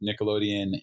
Nickelodeon